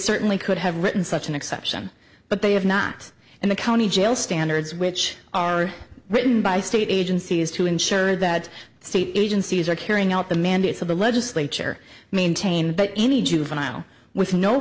certainly could have written such an exception but they have not and the county jail standards which are written by state agencies to ensure that state agencies are carrying out the mandates of the legislature maintain that any juvenile with no